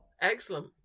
Excellent